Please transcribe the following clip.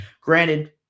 Granted